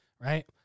Right